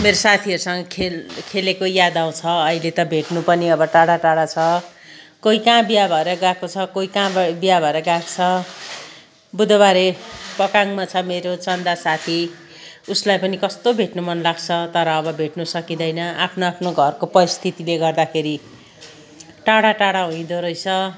मेरो साथीहरूसँग खेल खेलेको याद आउँछ अहिले त भेट्नु पनि अब टाढा टाढा छ कोही कहाँ बिहे भएर गएको छ कोही कहाँ बिहे भएर गएको छ बुधबारे पटाङमा छ मेरो चन्दा साथी उसलाई पनि कस्तो भेट्नु मन लाग्छ तर अब भेट्नु सकिँदैन आफ्नो आफ्नो घरको परिस्थितिले गर्दाखेरि टाढा टाढा हुइँदो रहेछ